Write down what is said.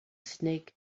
snake